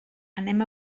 anem